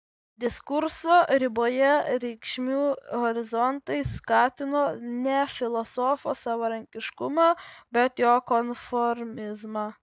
diskursą riboję reikšmių horizontai skatino ne filosofo savarankiškumą bet jo konformizmą